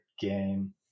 game